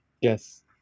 Yes